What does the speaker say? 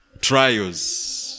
Trials